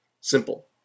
simple